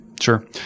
Sure